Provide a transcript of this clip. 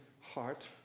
heart